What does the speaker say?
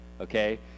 Okay